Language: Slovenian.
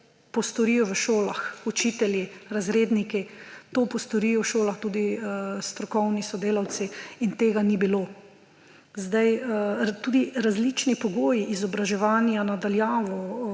postorijo v šolah učitelji, razredniki, to postorijo v šolah tudi strokovni sodelavci in tega ni bilo. Tudi različni pogoji izobraževanja na daljavo